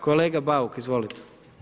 Kolega Bauk, izvolite.